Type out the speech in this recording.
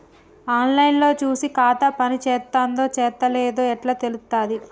On line లో చూసి ఖాతా పనిచేత్తందో చేత్తలేదో ఎట్లా తెలుత్తది?